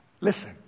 Listen